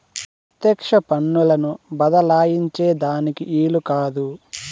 పెత్యెక్ష పన్నులను బద్దలాయించే దానికి ఈలు కాదు